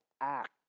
act